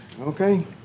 Okay